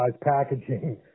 packaging